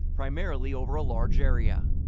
primarily over a large area.